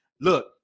Look